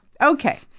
Okay